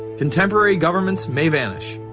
contemporary governments may vanish.